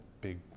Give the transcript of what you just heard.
big